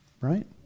Right